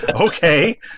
Okay